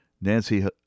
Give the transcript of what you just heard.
Nancy